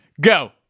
go